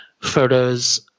photos